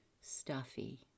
Stuffy